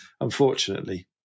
unfortunately